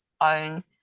own